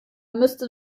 müsste